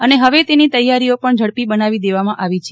અને હવે તેની તૈથારીઓ પણ ઝડપી બનાવી દેવામાં આવી છે